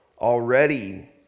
Already